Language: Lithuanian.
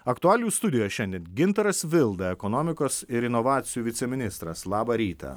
aktualių studijoje šiandien gintaras vilda ekonomikos ir inovacijų viceministras labą rytą